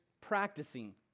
practicing